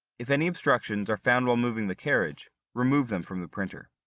if any obstructions are found while moving the carriage, remove them from the printer.